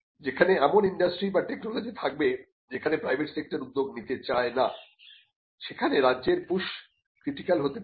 যেখানে এমন ইন্ডাস্ট্রি বা টেকনোলজি থাকবে যেখানে প্রাইভেট সেক্টর উদ্যোগ নিতে চায় না সেখানে রাজ্যের পুশ ক্রিটিক্যাল হতে পারে